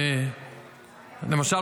למשל,